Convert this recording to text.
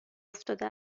افتاده